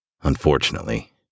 Unfortunately